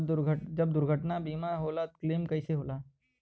जब दुर्घटना बीमा होला त क्लेम कईसे होला?